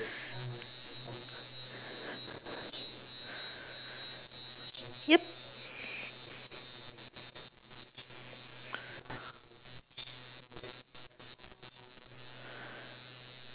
yup